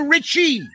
Richie